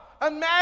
Imagine